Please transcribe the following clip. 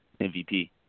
MVP